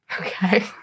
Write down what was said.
Okay